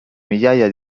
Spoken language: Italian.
migliaia